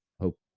hope